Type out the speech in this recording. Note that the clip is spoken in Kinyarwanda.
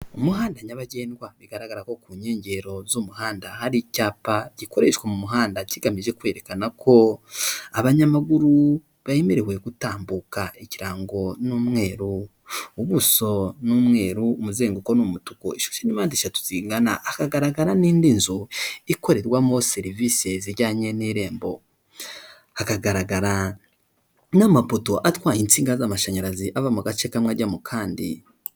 Umuhanda nyabagendwa bigaragara ko ku nkengero z'umuhanda hari icyapa gikoreshwa mu muhanda kigamije kwerekana ko, abanyamaguru bemerewe gutambuka ikirango n'umweru. Ubuso ni umweru umuzenguko ni umutuku, ifite impande eshatu zingana, hakagaragara n'indi nzu ikorerwamo serivisi zijyanye n'irembo, hakagaragara n'amapoto atwaye insinga z'amashanyarazi ava mu gace kamwe ajya mu kandi.